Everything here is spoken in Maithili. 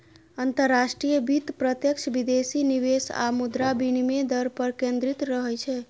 अंतरराष्ट्रीय वित्त प्रत्यक्ष विदेशी निवेश आ मुद्रा विनिमय दर पर केंद्रित रहै छै